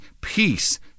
peace